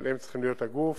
אבל הם צריכים להיות הגוף